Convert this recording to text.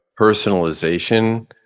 personalization